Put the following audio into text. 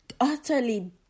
utterly